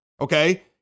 okay